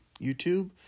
YouTube